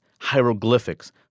Hieroglyphics